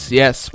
yes